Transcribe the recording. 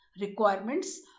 requirements